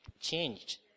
changed